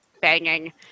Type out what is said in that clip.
banging